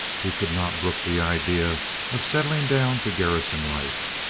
he could not brook the idea of settling down to garrison life.